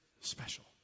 special